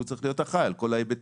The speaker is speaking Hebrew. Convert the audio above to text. הוא צריך להיות אחראי על כל ההיבטים,